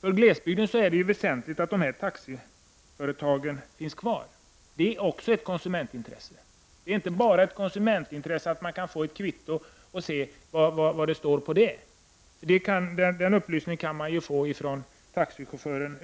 För glesbygden är det väsentligt att dessa taxiföretag finns kvar. Det är också ett konsumentintresse. Det är inte ett konsumentintresse bara att kunden kan få ett kvitto. Upplysningen på detta kvitto kan kunden i stället få från taxichauffören.